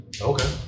Okay